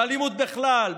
באלימות בכלל,